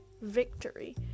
Victory